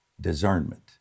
Discernment